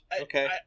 Okay